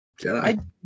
Jedi